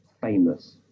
famous